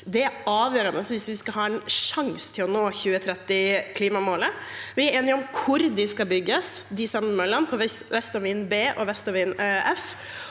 Det er avgjørende hvis vi skal ha en sjanse til å nå 2030-klimamålet. Vi er enige om hvor møllene skal bygges – Vestavind B og Vestavind F